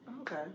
Okay